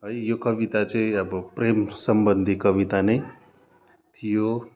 है यो कविता चाहिँ अब प्रेम सम्बन्धी कविता नै थियो